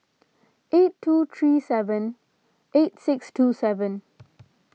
eight two three seven eight six two seven